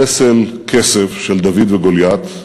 פסל כסף של דוד וגוליית,